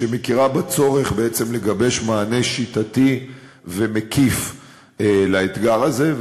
שמכירה בצורך לגבש מענה שיטתי ומקיף לאתגר הזה,